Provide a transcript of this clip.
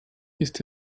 ist